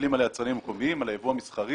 מסתכלים על היצרנים המקומיים, על היבוא המסחרי